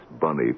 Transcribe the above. Bunny